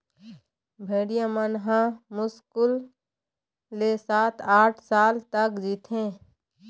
भेड़िया मन ह मुस्कुल ले सात, आठ साल तक जीथे